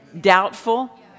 doubtful